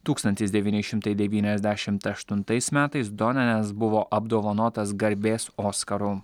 tūkstantis devyni šimtai devyniasdešimt aštuntais metais donenas buvo apdovanotas garbės oskaru